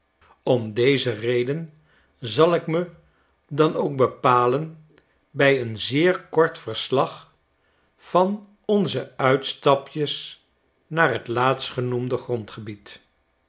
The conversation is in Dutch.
om deze reden zal ik me dan ook bepaien bij een zeer kort verslag van onze uitstapjes naar t laatstgenoemde grondgebied